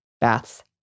baths